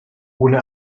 ohne